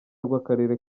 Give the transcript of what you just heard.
rw’akarere